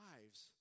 lives